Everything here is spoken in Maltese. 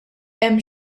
hemm